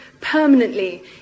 permanently